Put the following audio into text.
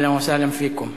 אהלן וסהלן פיכום.